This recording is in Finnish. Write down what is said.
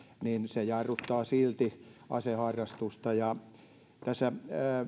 niin se jarruttaa silti aseharrastusta tässä